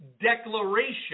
declaration